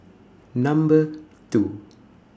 Number two